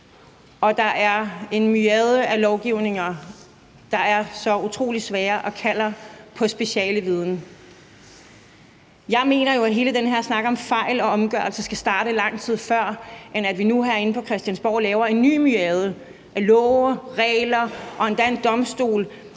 at der er en myriade af lovgivninger, der er så utrolig svære, og som kalder på specialviden. Jeg mener jo, at hele den her snak om fejl og omgørelser skal starte lang tid før, i stedet for at vi nu herinde på Christiansborg laver en ny myriade af love, regler og endda en domstol,